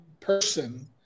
person